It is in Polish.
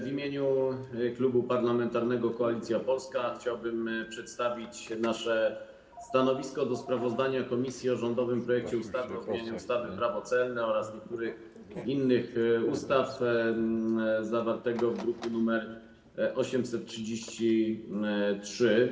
W imieniu Klubu Parlamentarnego Koalicja Polska chciałbym przedstawić nasze stanowisko wobec sprawozdania komisji o rządowym projekcie ustawy o zmianie ustawy - Prawo celne oraz niektórych innych ustaw, druk nr 833.